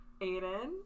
Aiden